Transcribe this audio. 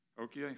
okay